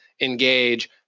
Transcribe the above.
Engage